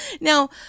Now